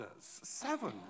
Seven